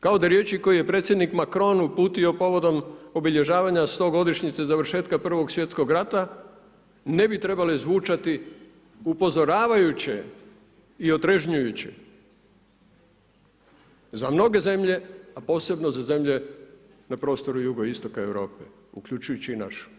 Kao da riječi koje je predsjednik Macron uputio povodom obilježavanja 100-godišnjice završetka Prvog svjetskog rata ne bi trebale zvučati upozoravajuće i otrežnjujuće za mnoge zemlje a posebno za zemlje na prostoru jugoistoka Europe uključujući i našu.